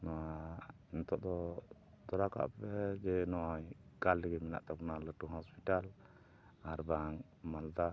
ᱱᱚᱣᱟ ᱱᱤᱛᱳᱜ ᱛᱚᱨᱟᱣ ᱠᱟᱜ ᱯᱮ ᱡᱮ ᱱᱚᱜᱼᱚᱭ ᱠᱟᱞᱫᱤᱜᱷᱤ ᱢᱮᱱᱟᱜ ᱛᱟᱵᱚᱱᱟ ᱞᱟᱹᱴᱩ ᱦᱚᱥᱯᱤᱴᱟᱞ ᱟᱨ ᱵᱟᱝ ᱢᱟᱞᱫᱟ